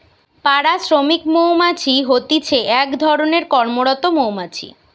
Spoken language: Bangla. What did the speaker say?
পাড়া শ্রমিক মৌমাছি হতিছে এক ধরণের কর্মরত মৌমাছি